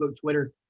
Twitter